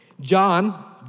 John